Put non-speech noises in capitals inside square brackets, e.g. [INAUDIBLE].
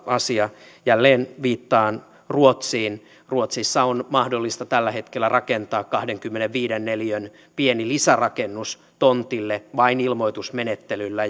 asia jälleen viittaan ruotsiin ruotsissa on mahdollista tällä hetkellä rakentaa kahdenkymmenenviiden neliön pieni lisärakennus tontille vain ilmoitusmenettelyllä [UNINTELLIGIBLE]